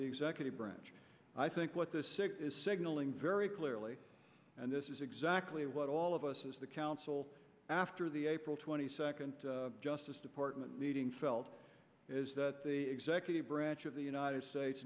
the executive branch i think what this sick is signaling very clearly and this is exactly what all of us as the council after the april twenty second justice department meeting felt is that the executive branch of the united states